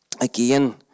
again